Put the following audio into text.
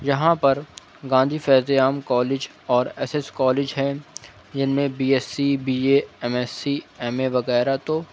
یہاں پر گاندھی فیض عام کالج اور ایس ایس کالج ہیں جن میں B S C B A M S C M A وغیرہ تو